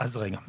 אז, רגע.